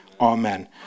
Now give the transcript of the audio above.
Amen